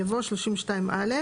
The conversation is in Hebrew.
יבוא: "(32א)